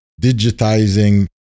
digitizing